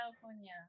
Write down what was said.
California